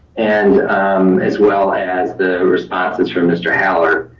and as well as the responses from mr. holler.